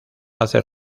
hace